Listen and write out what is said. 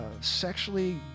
sexually